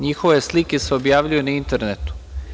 NJihove slike se objavljuju na internetu.